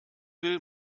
will